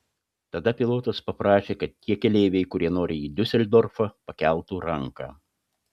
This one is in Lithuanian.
tada pilotas paprašė kad tie keleiviai kurie nori į diuseldorfą pakeltų ranką